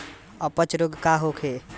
अपच रोग का होखे?